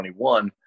2021